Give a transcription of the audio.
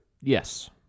Yes